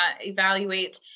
evaluate